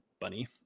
bunny